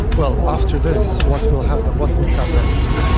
well, after this, what will happen? what will come next?